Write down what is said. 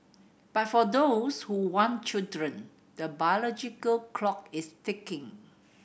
but for those who want children the biological clock is ticking